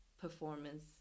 performance